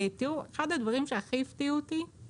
תראו, אחד הדברים שהכי הפתיעו אותי זה